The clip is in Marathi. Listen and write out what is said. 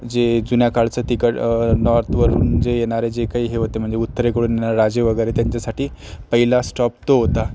जे जुन्या काळचं तिकडं नॉर्थवरून जे येणारे जे काही हे होते म्हणजे उत्तरेकडून राजे वगैरे त्यांच्यासाठी पहिला स्टॉप तो होता